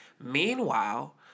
Meanwhile